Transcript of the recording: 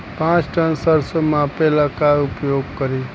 पाँच टन सरसो मापे ला का उपयोग करी?